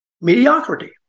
mediocrity